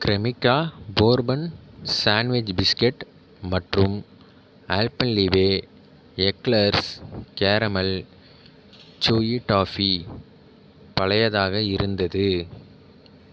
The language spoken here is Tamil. க்ரெமிகா போர்பன் சேன்ட்விச் பிஸ்கெட் மற்றும் Alpenliebe eclairs caramel chewy toffee பழையதாக இருந்தது